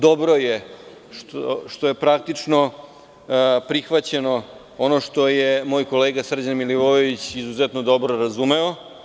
Dobro je što je prihvaćeno ono što je moj kolega Srđan Milivojević izuzetno dobro razumeo.